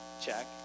check